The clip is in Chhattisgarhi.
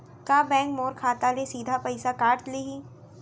का बैंक मोर खाता ले सीधा पइसा काट लिही?